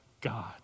God